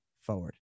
forward